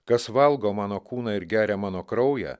kas valgo mano kūną ir geria mano kraują